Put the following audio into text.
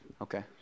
Okay